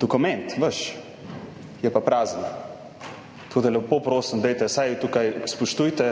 Dokument, vaš, je pa prazen. Tako da, lepo prosim, dajte, vsaj tukaj spoštujte